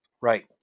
Right